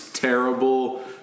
Terrible